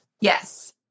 Yes